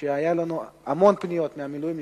היו לנו המון פניות מהמילואימניקים,